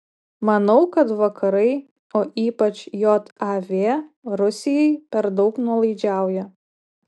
manau kad vakarai o ypač jav rusijai per daug nuolaidžiauja